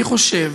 אני חושב